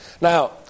Now